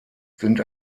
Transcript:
sind